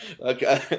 Okay